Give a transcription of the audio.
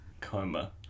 coma